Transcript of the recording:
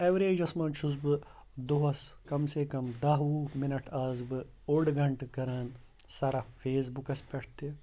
averages منٛز چھُس بہٕ دۄہَس کَم سے کَم دَہ وُہ مِنَٹ آسہٕ بہٕ اوٚڑ گھنٛٹہٕ کَران سَرَف فیسبُکَس پٮ۪ٹھ تہِ